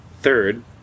third